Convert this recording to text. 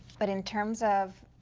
but in terms of